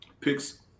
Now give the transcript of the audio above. Picks